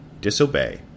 disobey